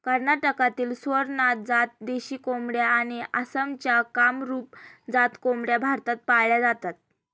कर्नाटकातील स्वरनाथ जात देशी कोंबड्या आणि आसामच्या कामरूप जात कोंबड्या भारतात पाळल्या जातात